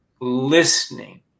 listening